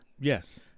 Yes